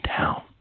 down